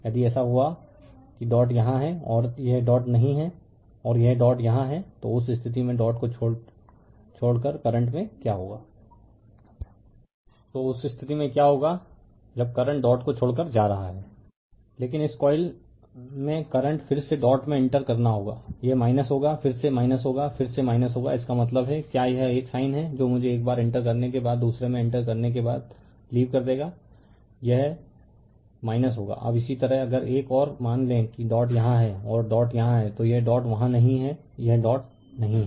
यदि ऐसा हुआ कि डॉट यहाँ है और यह डॉट नहीं है और यह डॉट यहाँ है तो उस स्थिति में क्या होगा जब करंट डॉट को छोड़कर जा रहा है लेकिन इस कॉइल करंट में फिर से डॉट में इंटर करना होगा यह होगा फिर से होगा फिर से होगा इसका मतलब है क्या यह एक साइन है जो मुझे एक बार इंटर करने के बाद दूसरे में इंटर करने के बाद लीव कर देगा यह होगा अब इसी तरह अगर एक और मान लें कि डॉट यहाँ है और डॉट यहाँ है तो यह डॉट वहाँ नहीं है यह डॉट नहीं है